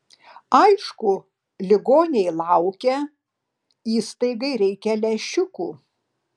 aišku ligoniai laukia įstaigai reikia lęšiukų